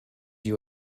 you